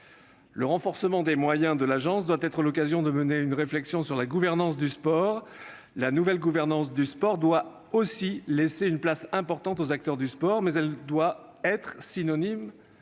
Le renforcement de ses moyens doit être l'occasion de mener une réflexion sur la gouvernance : la « nouvelle gouvernance du sport » doit laisser une place importante aux acteurs du sport, mais elle ne doit surtout